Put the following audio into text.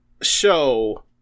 show